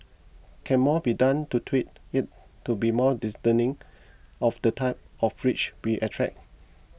can more be done to tweak it to be more discerning of the type of rich we attract